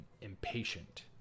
impatient